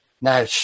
now